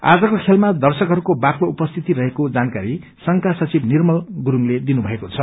आजको खेलमा दर्शकहस्को बाक्लो उपस्थिति रहेको जानकारी संघका सचिव निर्मल गरूडले दिनु भएको छ